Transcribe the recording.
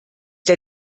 der